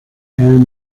ann